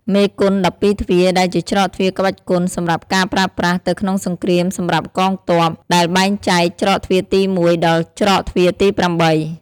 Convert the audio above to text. មេគុន ១២ទ្វារ ដែលជាច្រកទ្វារក្បាច់គុន សម្រាប់ការប្រើប្រាសទៅក្នុងសង្គ្រាមសម្រាប់កងទ័ព ដែលបែងចែក ច្រកទ្វារទី១ ដល់ច្រកទ្វារទី៨។